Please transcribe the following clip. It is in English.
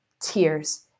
tears